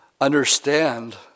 understand